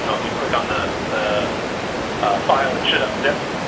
you know if you click on the the file it should unzip.